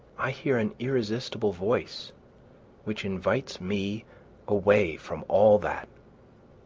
i hear an irresistible voice which invites me away from all that.